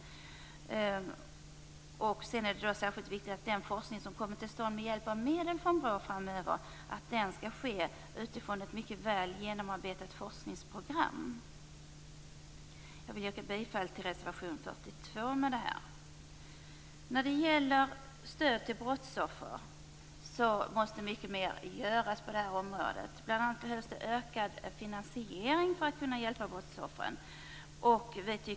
Det är särskilt viktigt att den forskning som kommer till stånd framöver med hjälp av medel från BRÅ sker utifrån ett väl genomarbetat forskningsprogram. Jag yrkar bifall till reservation 42. Mycket mer måste göras för stöd till brottsoffer. Bl.a. behövs det ökad finansiering för att kunna hjälpa brottsoffren.